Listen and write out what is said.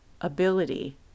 ability